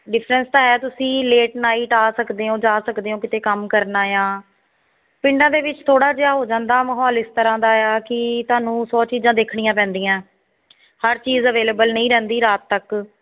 difference ਤਾਂ ਆਇਆ ਤੁਸੀਂ ਲੇਟ ਨਾਈਟ ਆ ਸਕਦੇ ਹੋ ਜਾ ਸਕਦੇ ਹੋ ਕਿਤੇ ਕੰਮ ਕਰਨਾ ਆ ਪਿੰਡਾਂ ਦੇ ਵਿੱਚ ਥੋੜ੍ਹਾ ਜਿਹਾ ਹੋ ਜਾਂਦਾ ਮਾਹੌਲ ਇਸ ਤਰ੍ਹਾਂ ਦਾ ਆ ਕਿ ਤੁਹਾਨੂੰ ਸੌ ਚੀਜ਼ਾਂ ਦੇਖਣੀਆਂ ਪੈਂਦੀਆਂ ਹਰ ਚੀਜ਼ ਅਵੇਲੇਬਲ ਨਹੀਂ ਰਹਿੰਦੀ ਰਾਤ ਤੱਕ